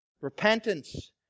Repentance